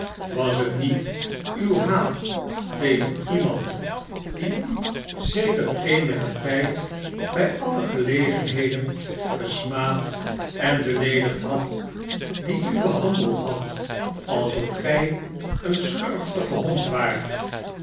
was het niet uw haat tegen iemand die u sedert eenigen tijd bij alle gelegenheden gesmaad en beleedigd had die u behandeld had alsof gij een schurftige hond waart